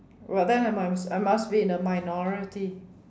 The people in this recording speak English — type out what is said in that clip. right then I must I must be in the minority